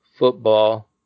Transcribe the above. football